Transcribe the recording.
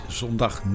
zondag